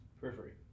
Periphery